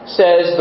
says